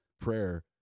prayer